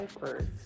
first